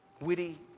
witty